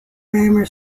grammar